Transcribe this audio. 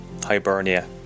Hibernia